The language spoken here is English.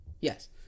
Yes